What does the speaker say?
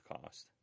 cost